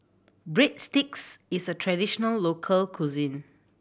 breadsticks is a traditional local cuisine